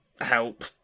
help